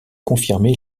confirmé